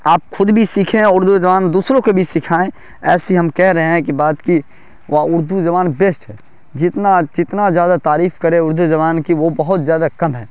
آپ خود بھی سیکھیں اردو زبان دوسروں کو بھی سکھائیں ایسی ہم کہہ رہے ہیں کہ بات کہ وہ اردو زبان بیسٹ ہے جتنا جتنا زیادہ تعریف کرے اردو زبان کی وہ بہت زیادہ کم ہے